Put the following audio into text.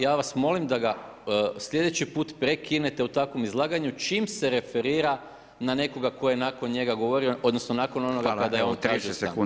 Ja vas molim da ga sljedeći put prekinete u takvom izlaganju čim se referira na nekoga tko je nakon njega govorio, odnosno nakon onoga kada je on tražio stanku